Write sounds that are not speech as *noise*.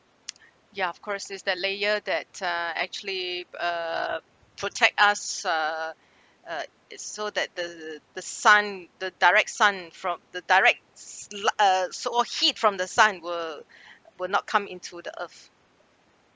*noise* ya of course is the layer that uh actually err protect us err *breath* uh is so that the the sun the direct sun from the direct s~ light uh so or heat from the sun will *breath* will not come into the earth